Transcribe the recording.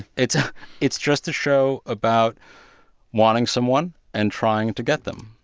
it's ah it's just a show about wanting someone and trying to get them,